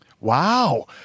Wow